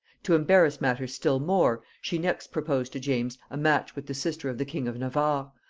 to embarrass matters still more, she next proposed to james a match with the sister of the king of navarre,